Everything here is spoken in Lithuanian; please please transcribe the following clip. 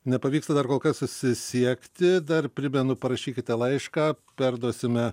nepavyksta dar kol kas susisiekti dar primenu parašykite laišką perduosime